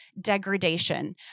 degradation